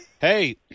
hey